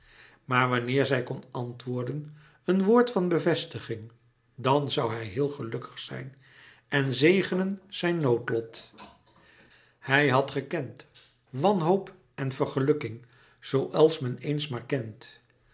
maar wanneer zij kon antwoorden een woord van bevestiging dàn zoû hij heel gelukkig zijn en zegenen zijn noodlot hij had gekend wanhoop en vergelukking zooals men éens maar kent